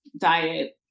diet